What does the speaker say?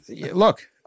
Look